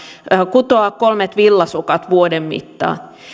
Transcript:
kutoa kolmet villasukat vuoden mittaan